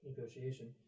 negotiation